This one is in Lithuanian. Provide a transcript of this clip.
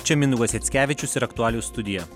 čia mindaugas mickevičius ir aktualijų studija